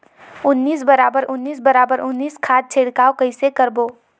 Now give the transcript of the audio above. उन्नीस बराबर उन्नीस बराबर उन्नीस खाद छिड़काव कइसे करबो?